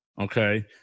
okay